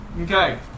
Okay